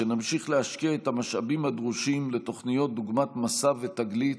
שנמשיך להשקיע את המשאבים הדרושים בתוכניות דוגמת מסע ותגלית,